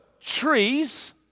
trees